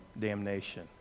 damnation